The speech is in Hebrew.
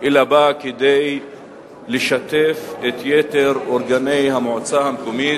אלא באה כדי לשתף את יתר אורגנֵי המועצה המקומית,